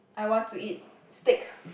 I want to eat steak